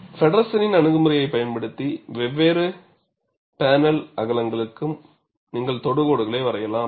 ஃபெடெர்சனின் அணுகுமுறையைப் பயன்படுத்தி வெவ்வேறு பேனல் அகலங்களுக்கு நீங்கள் தொடுகோடுகளை வரையலாம்